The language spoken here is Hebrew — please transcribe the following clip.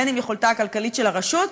בין שהיא יכולתה הכלכלית של הרשות,